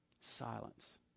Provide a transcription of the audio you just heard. Silence